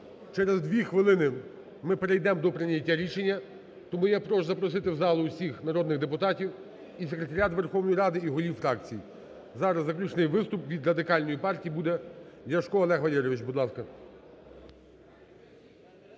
через дві хвилини ми перейдемо до прийняття рішення. Тому я прошу запросити в зал всіх народних депутатів і секретаріат Верховної Ради, і голів фракцій. Зараз заключний виступ від Радикальної партії буде Ляшко Олег Валерійович,